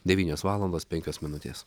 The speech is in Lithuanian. devynios valandos penkios minutės